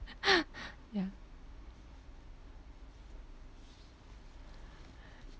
ya